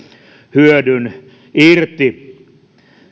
hyödyn irti